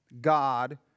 God